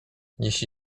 jeżeli